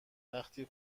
وقتی